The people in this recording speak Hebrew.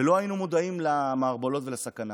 ולא היינו מודעים למערבולות ולסכנה.